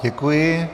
Děkuji.